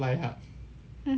mmhmm